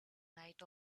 night